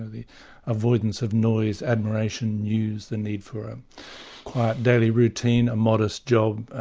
ah the avoidance of noise, admiration, news, the need for a quiet daily routine, a modest job,